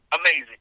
Amazing